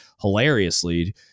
hilariously